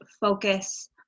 focus